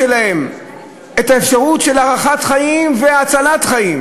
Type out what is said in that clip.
את האפשרות של הארכת חיים והצלת חיים,